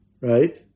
right